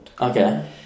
Okay